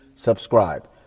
subscribe